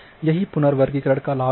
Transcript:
यही पुनर्वर्गीकरण का लाभ है